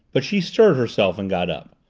but she stirred herself and got up.